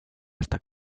hasta